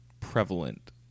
prevalent